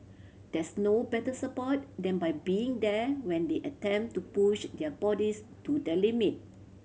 there's no better support than by being there when they attempt to push their bodies to the limit